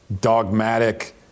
dogmatic